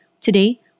Today